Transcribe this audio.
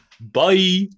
bye